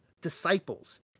disciples